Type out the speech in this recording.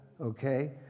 Okay